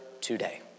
Today